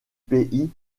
pays